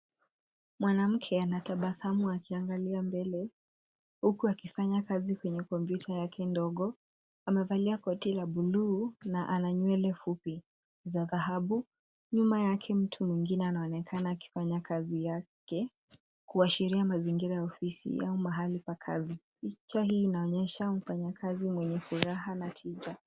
Mwanamke anatabasamu akiangalia mbele huku akifanya kazi kwenye kompyuta yake ndogo. Amevalia koti la buluu na ana nywele fupi za kahabu. Nyuma yake mtu mwingine anaonekana akifanya kazi yake kuashiria mazingira ya ofisi au mahali pa kazi. Picha hii inaonyesha mfanyikazi mwenye furaha na tija.